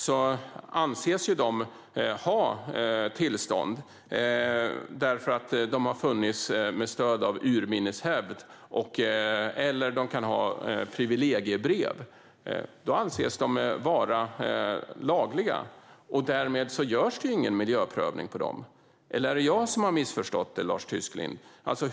De anses ju ha tillstånd därför att de har funnits med stöd av urminnes hävd eller därför att de har privilegiebrev. Då anses de vara lagliga, och därmed görs ingen miljöprövning på dem. Eller är det jag som har missförstått detta, Lars Tysklind?